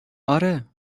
آره